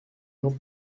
jean